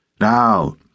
Now